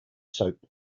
soap